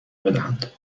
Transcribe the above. بدهند